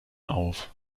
auf